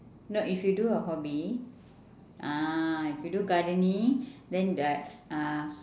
no if you do a hobby ah if you do gardening then they ah